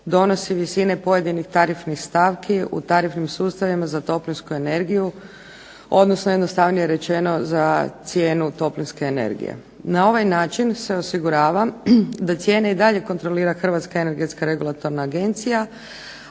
donosi visine pojedinih tarifnih stavki u tarifnim sustavima za toplinsku energiju, odnosno jednostavnije rečeno za cijenu toplinske energije. Na ovaj način se osigurava da cijene i dalje kontrolira Hrvatska energetska regulatorna agencija,